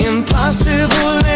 Impossible